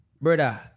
brother